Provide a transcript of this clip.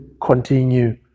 continue